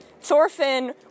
Thorfinn